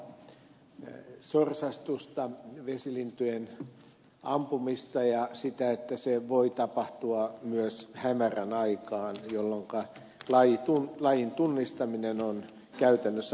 ajatellaan vaikkapa sorsastusta vesilintujen ampumista ja sitä että se voi tapahtua myös hämärän aikaan jolloinka lajin tunnistaminen on käytännössä mahdotonta